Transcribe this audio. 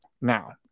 now